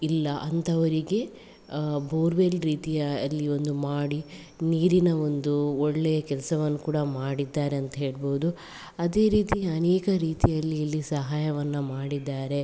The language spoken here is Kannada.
ಇಲ್ಲ ಅಂಥವರಿಗೆ ಬೋರ್ವೆಲ್ ರೀತಿಯ ಅಲ್ಲಿ ಒಂದು ಮಾಡಿ ನೀರಿನ ಒಂದು ಒಳ್ಳೆಯ ಕೆಲ್ಸವನ್ನು ಕೂಡ ಮಾಡಿದ್ದಾರೆ ಅಂತೇಳ್ಬಹುದು ಅದೇ ರೀತಿ ಅನೇಕ ರೀತಿಯಲ್ಲಿ ಇಲ್ಲಿ ಸಹಾಯವನ್ನು ಮಾಡಿದ್ದಾರೆ